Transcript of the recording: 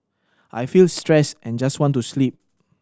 I feel stressed and just want to sleep